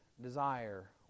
desire